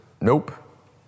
nope